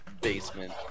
basement